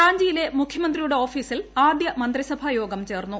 റാഞ്ചിയിലെ മുഖ്യമന്ത്രിയുടെ ഓഫീസിൽ ് ആദ്യ മന്ത്രിസഭാ യോഗം ചേർന്നു